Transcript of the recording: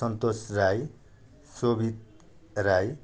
Santosh Rai Shobhit Rai